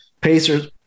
Pacers –